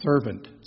servant